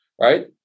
right